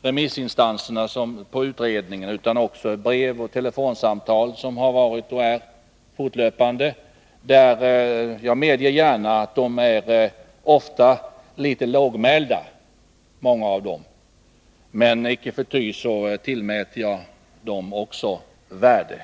de instanser som uttalat sig när utredningen varit ute på remiss. Vi får fortlöpande ta emot brev och telefonsamtal. Jag medger gärna att många av dem som hör av sig är litet lågmälda, men icke förty tillmäter jag dem också värde.